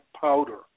powder